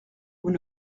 vous